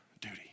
duty